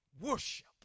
worship